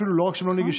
אפילו לא רק שלא נגישים,